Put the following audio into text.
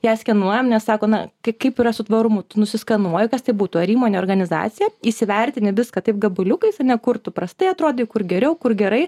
ją skenuojam nes sakome kaip kaip yra su tvarumu tu nusiskanuoji kas tai būtų ar įmonė organizacija įsivertini viską taip gabaliukais ir ne kur tu prastai atrodei kur geriau kur gerai